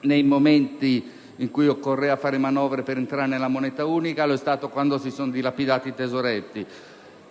nei momenti in cui occorreva fare manovre per entrare nella moneta unica e quando si sono dilapidati i tesoretti.